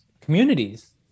communities